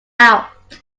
out